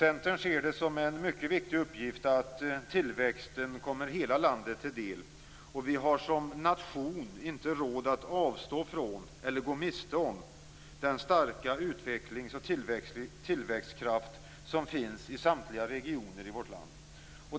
Centern ser det som en mycket viktig uppgift att tillväxten kommer hela landet till del.